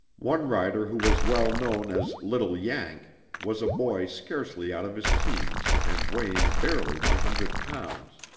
one rider who was well known as little yank was a boy scarcely out of his teens and weighing barely one hundred pounds.